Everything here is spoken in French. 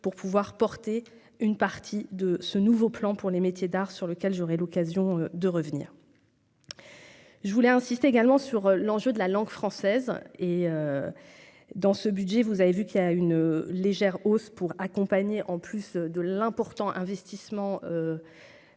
pour pouvoir porter une partie de ce nouveau plan pour les métiers d'art sur lequel j'aurai l'occasion de revenir, je voulais insiste également sur l'enjeu de la langue française et dans ce budget, vous avez vu qu'il y a une légère hausse pour accompagner en plus de l'important investissement en travaux,